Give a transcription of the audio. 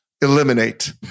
eliminate